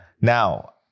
Now